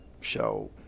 show